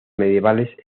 medievales